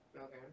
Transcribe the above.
Okay